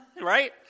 Right